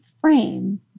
frame